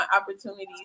opportunities